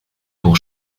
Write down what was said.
pour